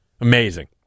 amazing